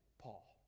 paul